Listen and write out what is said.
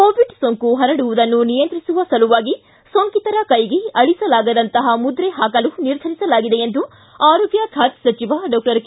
Covid ಸೋಂಕು ಪರಡುವುದನ್ನು ನಿಯಂತ್ರಿಸುವ ಸಲುವಾಗಿ ಸೋಂಕಿತರ ಕೈಗೆ ಅಳಿಸಲಾಗದಂತಹ ಮುದ್ರೆ ಹಾಕಲು ನಿರ್ಧರಿಸಲಾಗಿದೆ ಎಂದು ಆರೋಗ್ಯ ಖಾತೆ ಸಚಿವ ಡಾಕ್ಟರ್ ಕೆ